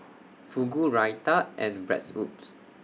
Fugu Raita and Bratwurst